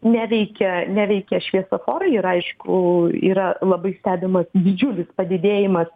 neveikia neveikia šviesoforai ir aišku yra labai stebimas didžiulis padidėjimas